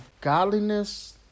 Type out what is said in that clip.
godliness